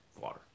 water